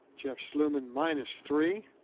jeff sluman minus three.